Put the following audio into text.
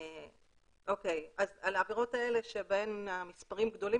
על העבירות האלה שבהן המספרים גדולים